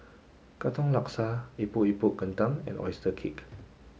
Katong Laksa Epok Epok kentang and Oyster Cake